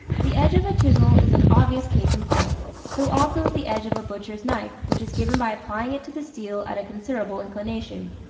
the edge of a chisel is an obvious case in point so also is the edge of a butcher's knife, which is given by applying it to the steel at a considerable inclination.